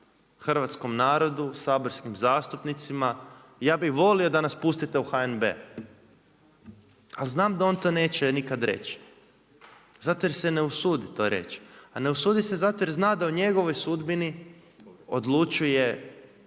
hrvatskom narodu, saborskim zastupnicima, ja bi volio da nas pustite u HNB, ali znam da on to neće nikad reći zato jer se ne usudi to reći. A ne usudi se zato jer zna da o njegovoj HDZ